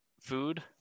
Food